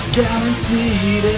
Guaranteed